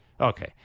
Okay